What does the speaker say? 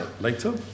later